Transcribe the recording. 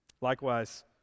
Likewise